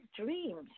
dreams